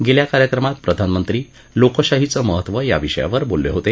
गेल्या कार्यक्रमात प्रधानमंत्री लोकशाहीचं महत्त्व या विषयावर बोलले होते